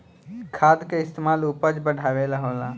खाद के इस्तमाल उपज बढ़ावे ला होला